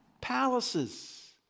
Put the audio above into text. Palaces